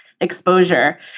exposure